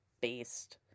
based